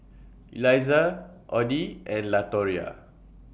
Eliza Oddie and Latoria